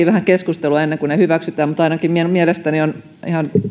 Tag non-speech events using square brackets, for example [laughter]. [unintelligible] vähän keskustelua ennen kuin ne hyväksytään mutta ainakin minun mielestäni on ihan